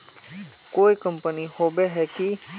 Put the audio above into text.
कोई कंपनी होबे है की?